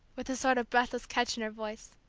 with a sort of breathless catch in her voice